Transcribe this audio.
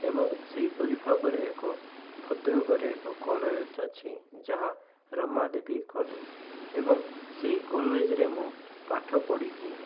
ଏବଂ ସେହିପରି ଭାବରେ ଏକ ଭଦ୍ରକରେ ଏକ କଲେଜ ଅଛି ଯାହା ରମାଦେବୀ କଲେଜ ଏବଂ ସେଇ କଲେଜରେ ମୁଁ ପାଠ ପଢ଼ିକି